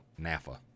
Nafa